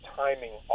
timing